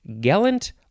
gallant